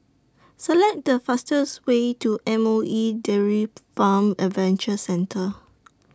Select The fastest Way to M O E Dairy Farm Adventure Centre